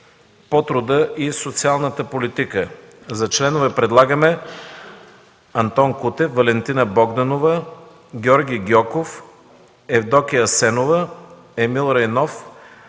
по труда и социалната политика. За членове предлагаме: Антон Кутев, Валентина Богданова, Георги Гьоков, Евдокия Асенова, Емил Райнов,